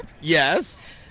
Yes